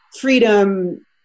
freedom